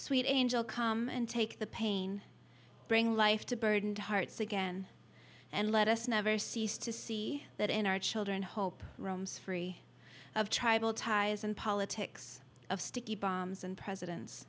sweet angel come and take the pain bring life to burdened hearts again and let us never cease to see that in our children hope roams free of tribal ties and politics of sticky bombs and presidents